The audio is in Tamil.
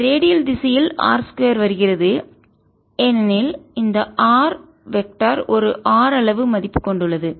இந்த ரேடியல் திசையில் r 2 வருகிறது ஏனெனில் இந்த ஆர் வெக்டர் ஒரு r அளவு மதிப்பு கொண்டுள்ளது